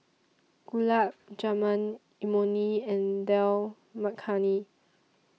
Gulab Jamun Imoni and Dal Makhani